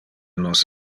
nos